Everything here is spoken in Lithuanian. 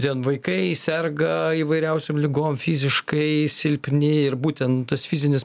ten vaikai serga įvairiausiom ligom fiziškai silpni ir būtent tas fizinis